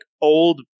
old